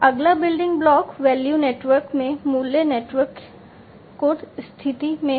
अगला building block value network में मूल्य नेटवर्क की स्थिति में है